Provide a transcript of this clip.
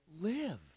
live